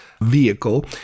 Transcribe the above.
vehicle